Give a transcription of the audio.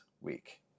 week